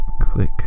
click